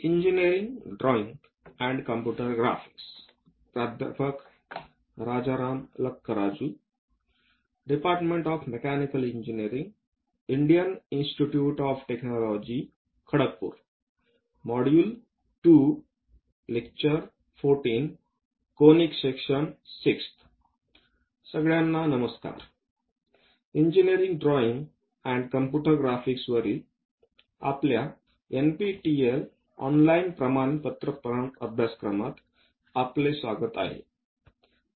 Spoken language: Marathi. engineering drawing and computer graphics वरील आपल्या एनपीटीईएल ऑनलाइन प्रमाणपत्र अभ्यासक्रमात आपले स्वागत आहे